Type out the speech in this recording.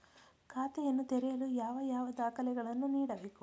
ಖಾತೆಯನ್ನು ತೆರೆಯಲು ಯಾವ ಯಾವ ದಾಖಲೆಗಳನ್ನು ನೀಡಬೇಕು?